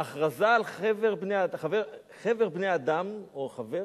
הכרזה על חֶבֶר בני-אדם, או חָבֵר?